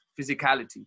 physicality